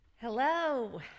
Hello